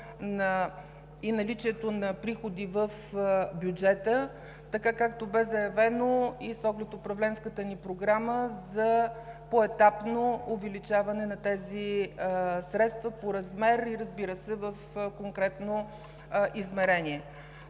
и наличието на приходи в бюджета, както бе заявено с оглед управленската ни програма за поетапно увеличаване на тези средства по размер и, разбира се, в конкретно измерение.